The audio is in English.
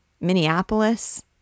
Minneapolis